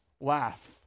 laugh